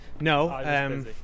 No